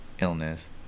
Illness